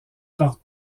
par